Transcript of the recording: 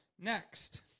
Next